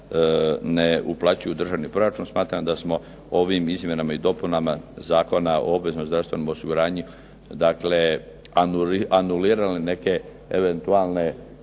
ne uplaćuju u državni proračun. Smatram da smo ovim Izmjenama i dopunama Zakona o obveznom zdravstvenom osiguranju dakle anulirali neke eventualne